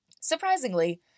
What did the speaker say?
Surprisingly